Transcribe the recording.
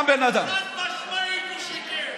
חד-משמעית הוא שיקר.